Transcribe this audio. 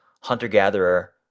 hunter-gatherer